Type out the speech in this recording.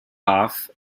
off